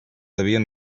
havien